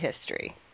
history